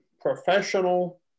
professional